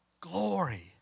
Glory